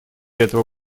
этого